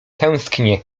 tęsknie